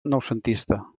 noucentista